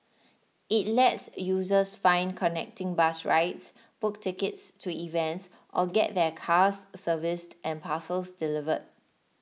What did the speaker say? it lets users find connecting bus rides book tickets to events or get their cars serviced and parcels delivered